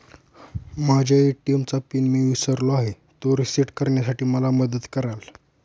माझ्या ए.टी.एम चा पिन मी विसरलो आहे, तो रिसेट करण्यासाठी मला मदत कराल?